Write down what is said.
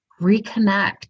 Reconnect